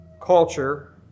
culture